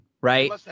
right